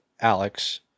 Alex